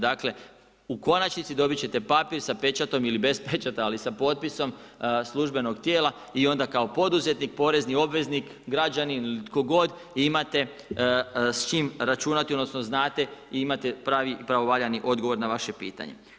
Dakle, u konačnici, dobit ćete papir sa pečatom ili bez pečata, ali sa potpisom službenog tijela i onda kao poduzetnik, porezni obveznik, građanin ili tko god imate s čim računati odnosno znate i imate pravi i pravovaljani odgovor na vaše pitanje.